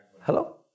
Hello